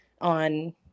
on